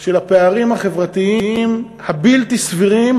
של הפערים החברתיים הבלתי סבירים,